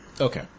Okay